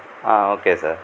ah okay sir